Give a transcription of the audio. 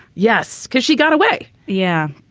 yes. because she got away. yeah.